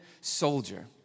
soldier